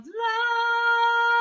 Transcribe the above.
love